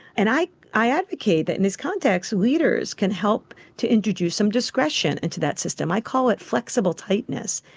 and i i advocate that in this context leaders can help to introduce some discretion into that system. i call it flexible tightness.